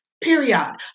Period